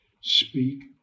Speak